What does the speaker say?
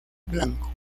blanco